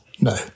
no